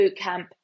Bootcamp